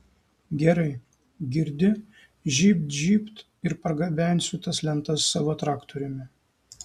gerai girdi žybt žybt ir pargabensiu tas lentas savo traktoriumi